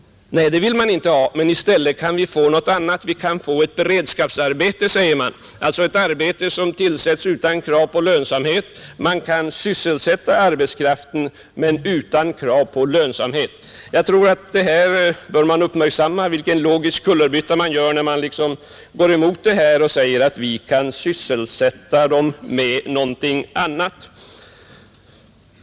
Nej, det vill man inte ha, men i stället skall vi få något annat. Vi skall få ett beredskapsarbete, säger man, alltså ett arbete som genomförs utan krav på lönsamhet. Man skall sysselsätta arbetskraften men utan krav på lönsamhet. Det bör uppmärksammas vilka logiska kullerbyttor man gör när man går emot detta förslag och säger att ”vi skall sysselsätta dem med något annat”.